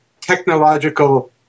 technological